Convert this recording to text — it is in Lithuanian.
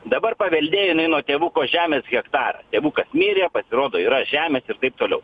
dabar paveldėjo jinai nuo tėvuko žemės hektarą tėvukas mirė pasirodo yra žemės ir taip toliau